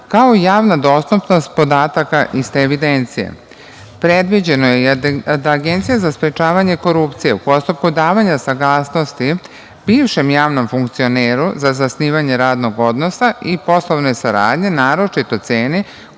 kao i javna dostupnost podataka iz te evidencije. Predviđeno je da Agencija za sprečavanje korupcije u postupku davanja saglasnosti bivšem javnom funkcioneru za zasnivanje radnog odnosa i poslovne saradnje naročito ceni